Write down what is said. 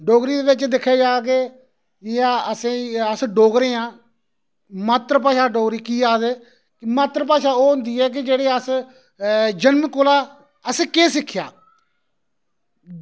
डोगरी बिच दिक्खेआ जा के जि'यां असें ई अस डोगरे आं मात्तरभाशा डोगरी की आखदे मात्तरभाशा ओह् होंदी ऐ कि जेह्के अस जनम कोला असें केह् सिक्खेआ